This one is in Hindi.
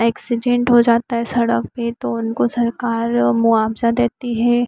एक्सीडेंट हो जाता है सड़क पे तो उनको सरकार मुआवज़ा देती हे